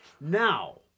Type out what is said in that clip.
Now